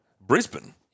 Brisbane